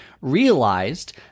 realized